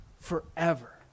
forever